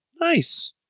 Nice